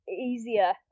easier